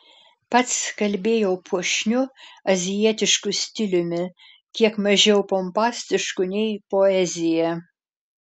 pats kalbėjo puošniu azijietišku stiliumi kiek mažiau pompastišku nei poezija